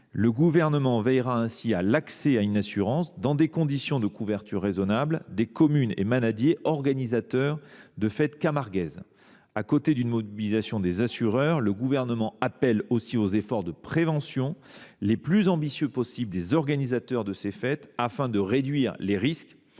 Le Gouvernement veillera ainsi à l’accès à une assurance, dans des conditions de couverture raisonnables, des communes et manadiers organisateurs de fêtes camarguaises. En plus d’une mobilisation des assureurs, le Gouvernement appelle aux efforts de prévention les plus ambitieux possible des organisateurs de ces fêtes, afin de réduire les risques